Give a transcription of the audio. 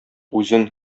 үзен